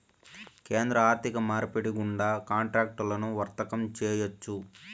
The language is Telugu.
కేంద్ర ఆర్థిక మార్పిడి గుండా కాంట్రాక్టులను వర్తకం చేయొచ్చు